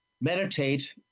meditate